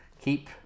keep